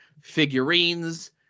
figurines